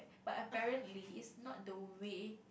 but apparently it's not the way